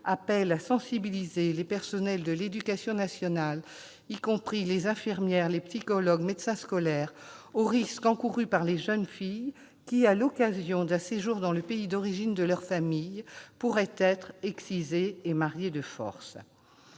appelle à sensibiliser les personnels de l'éducation nationale, y compris les infirmières, les psychologues et les médecins scolaires aux risques encourus par les jeunes filles qui, à l'occasion d'un séjour dans le pays d'origine de leur famille, pourraient être excisées et mariées de force.